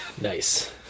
Nice